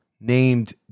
named